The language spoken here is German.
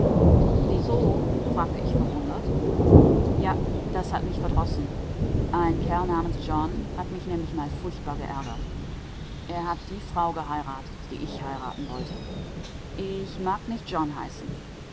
wieso fragte ich verwundert ja das hat mich verdrossen ein kerl namens john hat mich nämlich mal furchtbar geärgert er hat die frau geheiratet die ich heiraten wollte ich mag nicht john heißen